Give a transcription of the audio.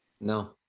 No